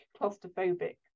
claustrophobic